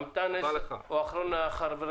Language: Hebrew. ח"כ